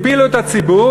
הפילו את הציבור,